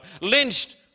Lynched